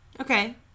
okay